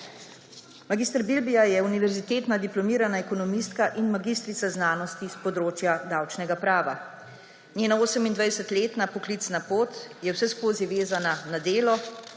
Mag. Bilbija je univerzitetna diplomirana ekonomistka in magistrica znanosti s področja davčnega prava. Njena 28-letna poklicna pot je vseskozi vezana na delo